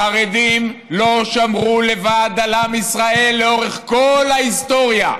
החרדים לא שמרו לבד על עם ישראל לאורך כל ההיסטוריה.